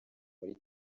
muri